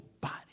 body